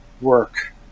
work